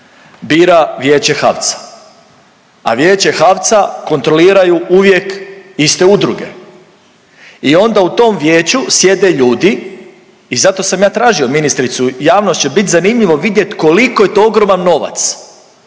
bira Vijeća HAVC-a, a Vijeće HAVC-a kontroliraju uvijek iste udruge i onda u tom vijeću sjede ljudi i zato sam ja tražio ministricu javnost će bit zanimljivo vidjet koliko je to ogroman novac